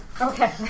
Okay